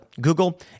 Google